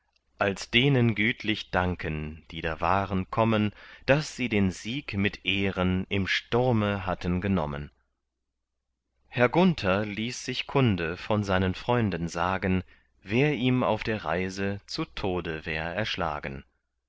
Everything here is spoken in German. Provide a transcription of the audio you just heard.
als denen gütlich danken die da waren kommen daß sie den sieg mit ehren im sturme hatten genommen herr gunther ließ sich kunde von seinen freunden sagen wer ihm auf der reise zu tode wär erschlagen